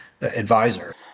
advisor